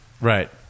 Right